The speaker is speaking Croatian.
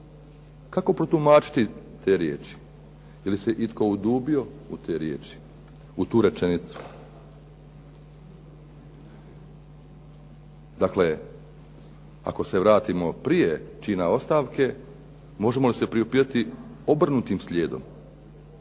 Kako protumačiti te riječi? Je li se itko udubio u te riječi, u tu rečenicu? Dakle, ako se vratimo prije čina ostavke možemo li se priupitati obrnutim slijedom,